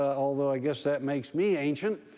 ah although i guess that makes me ancient,